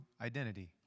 identity